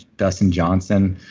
dustin johnson.